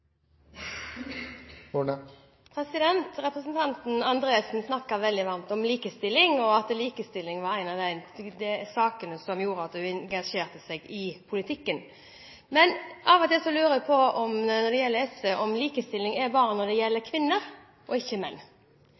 blir replikkordskifte. Representanten Kvifte Andresen snakket veldig varmt om likestilling, og at likestilling var en av de sakene som gjorde at hun engasjerte seg i politikken. Men av og til lurer jeg på om likestilling for SV bare gjelder kvinner, og ikke menn.